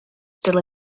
still